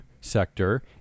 sector